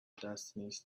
destinies